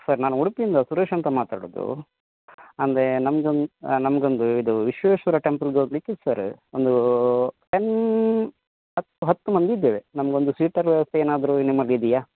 sir ನಾನು ಉಡುಪಿಯಿಂದ ಸುರೇಶ್ ಅಂತ ಮಾತಾಡೋದು ಅಂದರೆ ನಮಗೆ ಒಂದು ನಮ್ಗೆ ಒಂದು ಇದು ವಿಶ್ವೇಶ್ವರ ಟೆಂಪಲ್ಗೆ ಹೋಗ್ಲಿಕ್ ಇತ್ತು ಸರ್ ಒಂದು ಟೆನ್ ಹತ್ತು ಹತ್ತು ಮಂದಿ ಇದ್ದೇವೆ ನಮ್ಗೆ ಒಂದು ಸೀಟರ್ ವ್ಯವಸ್ಥೆ ಏನಾದರು ನಿಮ್ಮದು ಇದೆಯಾ